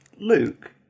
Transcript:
Luke